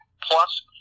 plus